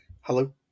Hello